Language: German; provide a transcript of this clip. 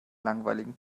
langweiligen